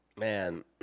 man